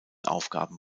aufgaben